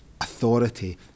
authority